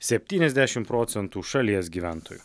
septyniasdešim procentų šalies gyventojų